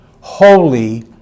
holy